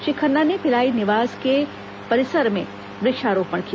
श्री खन्ना ने भिलाई निवास के परिसर में वृक्षारोपण किया